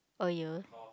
!aiyo!